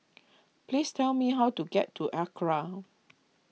please tell me how to get to Acra